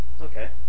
okay